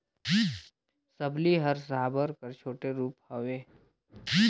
सबली हर साबर कर छोटे रूप हवे